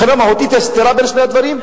מבחינה מהותית יש סתירה בין שני הדברים?